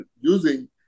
using